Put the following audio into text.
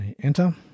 Enter